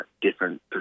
different